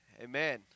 Amen